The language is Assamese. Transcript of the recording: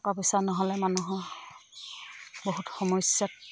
টকা পইচা নহ'লে মানুহৰ বহুত সমস্যাত